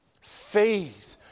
Faith